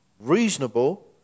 reasonable